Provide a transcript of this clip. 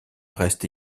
reste